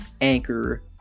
Anchor